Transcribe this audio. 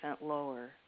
lower